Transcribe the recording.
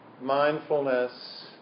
mindfulness